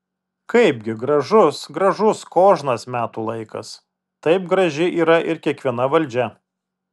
kaipgi gražus gražus kožnas metų laikas taip graži yra ir kiekviena valdžia